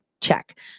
Check